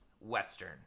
Western